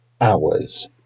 hours